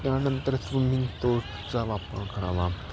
त्यानंतर स्विमिंग तो चा वापर करावा